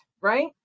right